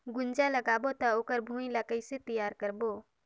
गुनजा लगाबो ता ओकर भुईं ला कइसे तियार करबो?